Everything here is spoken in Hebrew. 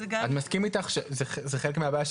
אני מסכים איתך שזה חלק מהבעיה,